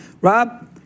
Rob